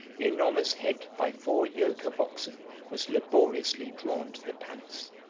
the enormous head by four yoke of oxen was laboriously drawn to the palace.